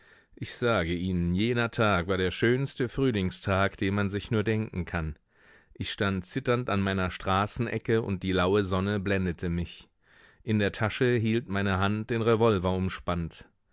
ich sage ihnen jener tag war der schönste frühlingstag den man sich nur denken kann ich stand zitternd an meiner straßenecke und die laue sonne blendete mich in der tasche hielt meine hand den revolver umspannt